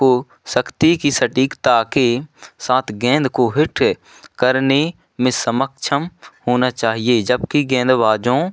को शक्ति की सटीकता के साथ गेंद को हिट करने में सक्षम होना चाहिए जबकी गेंदबाजों